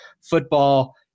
football